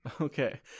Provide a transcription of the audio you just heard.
Okay